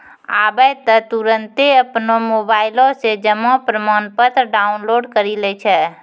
आबै त तुरन्ते अपनो मोबाइलो से जमा प्रमाणपत्र डाउनलोड करि लै छै